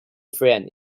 friend